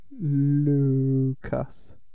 Lucas